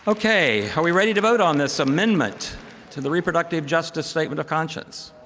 okay. are we ready to vote on this amendment to the reproductive justice statement of conscience?